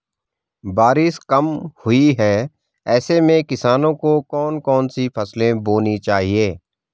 बारिश कम हुई है ऐसे में किसानों को कौन कौन सी फसलें बोनी चाहिए?